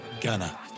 Gunner